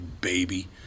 baby